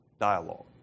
dialogue